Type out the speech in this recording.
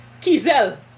Kizel